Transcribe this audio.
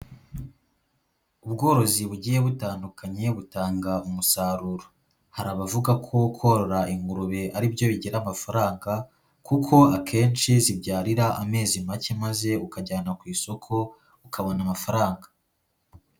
Ubworozi bugiye butandukanye butanga umusaruro, hari abavuga ko korora ingurube ari byo bigira amafaranga, kuko akenshi zibyarira amezi make maze ukajyana ku isoko ukabona amafaranga.